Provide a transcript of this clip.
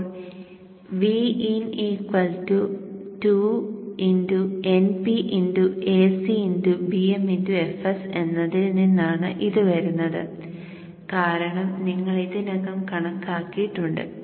ഇപ്പോൾ Vin 2 Np Ac Bm fs എന്നതിൽ നിന്നാണ് ഇത് വരുന്നത് കാരണം നിങ്ങൾ ഇതിനകം കണക്കാക്കിയിട്ടുണ്ട്